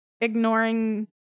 ignoring